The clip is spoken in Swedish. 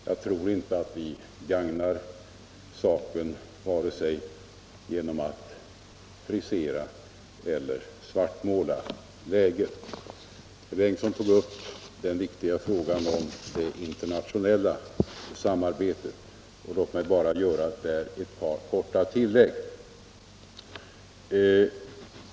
Jag tror inte att vi gagnar saken vare sig genom att frisera eller svartmåla läget. Herr Bengtsson tog upp den viktiga frågan om det internationella samarbetet. Låt mig vad den frågan beträffar göra ett tillägg.